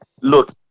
Look